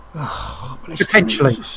potentially